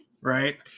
right